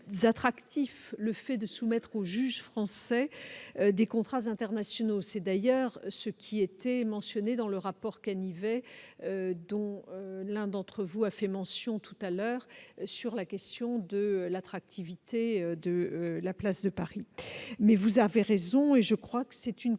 le fait de soumettre au juge français des contrats internationaux, c'est d'ailleurs ce qui était mentionné dans le rapport. Canivet, dont l'un d'entre vous a fait mention tout à l'heure sur la question de l'attractivité de la place de Paris, mais vous avez raison et je crois que c'est une question